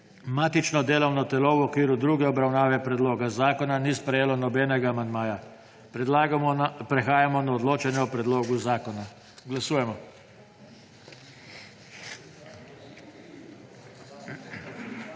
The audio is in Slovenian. Matično delovno telo v okviru druge obravnave predloga zakona ni sprejelo nobenega amandmaja. Prehajamo na odločanje o predlogu zakona. Glasujemo. Navzočih